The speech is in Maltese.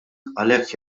għalhekk